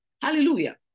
hallelujah